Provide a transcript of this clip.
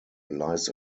lies